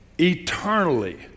eternally